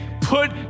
Put